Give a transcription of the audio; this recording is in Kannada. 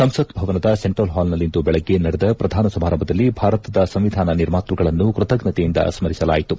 ಸಂಸತ್ ಭವನದ ಸೆಂಟ್ರಲ್ ಹಾಲ್ನಲ್ಲಿಂದು ಬೆಳಗ್ಗೆ ನಡೆದ ಶ್ರಧಾನ ಸಮಾರಂಭದಲ್ಲಿ ಭಾರತದ ಸಂವಿಧಾನ ನಿರ್ಮಾತೃಗಳನ್ನು ಕೃತಜ್ಞತೆಯಿಂದ ಸ್ನರಿಸಲಾಯಿತು